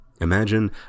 Imagine